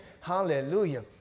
hallelujah